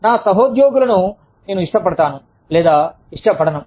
నా సహోద్యోగులను నేను ఇష్టపడతాను లేదా ఇష్టపడను